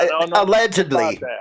Allegedly